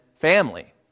family